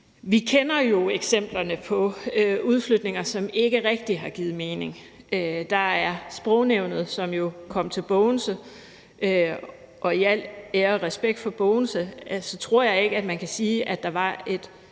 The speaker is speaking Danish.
Vi kender jo eksemplerne på udflytninger, som ikke rigtig har givet mening. Der er Sprognævnet, som jo kom til Bogense, og i al ære og respekt for Bogense tror jeg ikke, man kan sige, at der var et